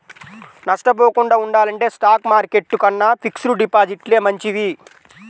నష్టపోకుండా ఉండాలంటే stock market కన్నా ఫిక్స్డ్ డిపాజిట్లే మంచివి